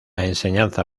enseñanza